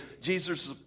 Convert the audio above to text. Jesus